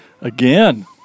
again